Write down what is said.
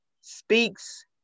Speaks